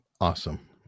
awesome